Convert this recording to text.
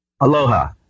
Aloha